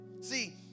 See